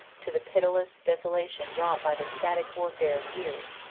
to the pitiless desolation wrought by the static warfare of years,